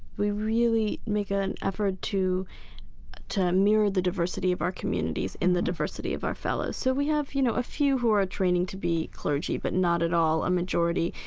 we really make ah an effort to to mirror the diversity of our communities and the diversity of our fellows, so we have you know a few who are training to be clergy, but not at all a majority.